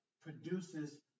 produces